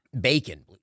bacon